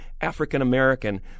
African-American